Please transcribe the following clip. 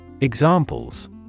Examples